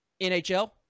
NHL